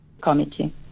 Committee